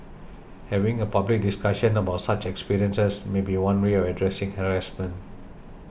having a public discussion about such experiences may be one way of addressing harassment